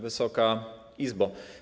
Wysoka Izbo!